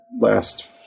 last